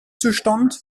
zustand